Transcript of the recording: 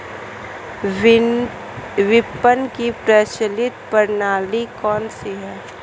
विपणन की प्रचलित प्रणाली कौनसी है?